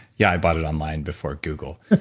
yeah, i bought it online before google.